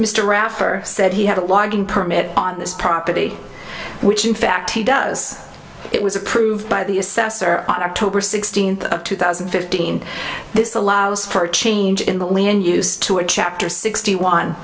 are said he had a logging permit on this property which in fact he does it was approved by the assessor on october sixteenth of two thousand and fifteen this allows for a change in the land use to a chapter sixty one